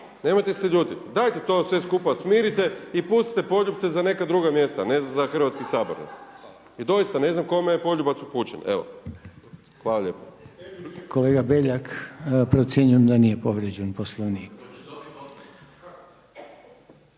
Nemojte se ljutiti. Dajte to sve skupa smirite i pustite poljupce za neka druga mjesta a ne za Hrvatski sabor. I doista, ne znam kome je poljubac upućen. Evo, hvala lijepo. **Reiner, Željko (HDZ)** Kolega Beljak, procjenjujem da nije povrijeđen Poslovnik.